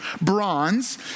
Bronze